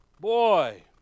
Boy